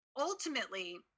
ultimately